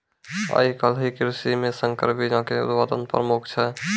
आइ काल्हि के कृषि मे संकर बीजो के उत्पादन प्रमुख छै